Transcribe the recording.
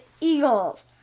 Eagles